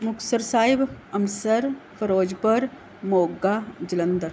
Muktsar Sahib Amritsar Firozpur Moga Jalandhar